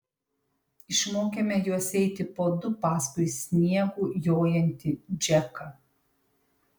išmokėme juos eiti po du paskui sniegu jojantį džeką